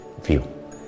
view